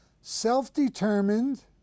self-determined